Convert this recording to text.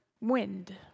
wind